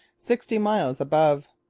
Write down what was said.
sixty miles above.